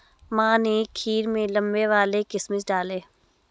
माँ ने खीर में लंबे वाले किशमिश डाले